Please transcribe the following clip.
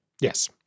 Yes